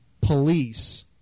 police